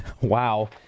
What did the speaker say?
Wow